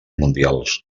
mundials